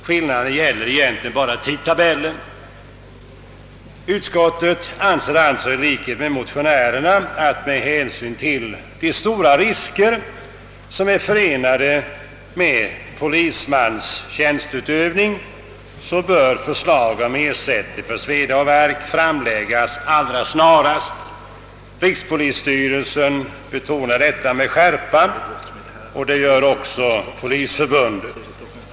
Skillnaden gäller egentligen bara tidtabellen. Utskottet anser alltså i likhet med motionärerna, att med hänsyn till de stora risker, som är förenade med polismännens tjänsteutövning, bör förslag om ersättning för sveda och värk framläggas snarast möjligt. Rikspolisstyrelsen betonar detta med skärpa och så gör också polisförbundet.